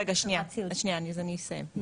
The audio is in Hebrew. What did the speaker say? אז שנייה אני אסיים,